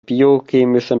biochemische